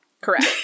Correct